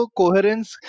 coherence